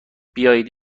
بیایید